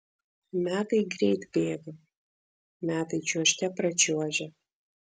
metai greit bėga metai čiuožte pračiuožia